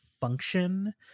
function